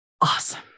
awesome